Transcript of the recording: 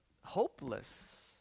hopeless